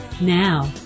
Now